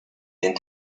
den